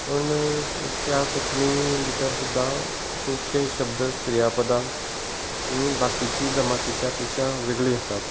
पूण त्या कोंकणी भितर सुद्दां खुबशे शब्द क्रियापदा हीं बाकीची जमातीच्या पेक्षा वेगळी आसात